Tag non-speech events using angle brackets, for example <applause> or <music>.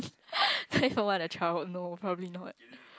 <laughs> what a trouble no probably not